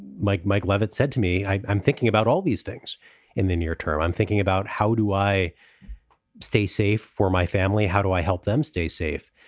mike, mike leavitt said to me, i'm i'm thinking about all these things in the near term. i'm thinking about how do i stay safe for my family? how do i help them stay safe?